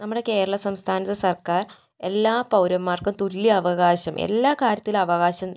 നമ്മുടെ കേരള സംസ്ഥാനത്ത് സർക്കാർ എല്ലാ പൗരന്മാർക്കും തുല്യ അവകാശം എല്ലാ കാര്യത്തിലും അവകാശം